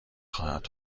خواهد